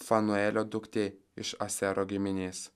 fanuelio duktė iš asero giminės